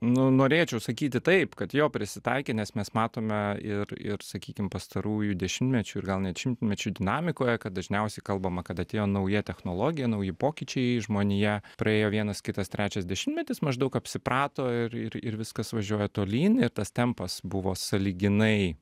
nu norėčiau sakyti taip kad jo prisitaikė nes mes matome ir ir sakykim pastarųjų dešimtmečių ir gal net šimtmečių dinamikoje kad dažniausiai kalbama kad atėjo nauja technologija nauji pokyčiai žmonija praėjo vienas kitas trečias dešimtmetis maždaug apsiprato ir ir ir viskas važiuoja tolyn ir tas tempas buvo sąlyginai